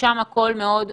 ששם הכול מאוד מוסדר,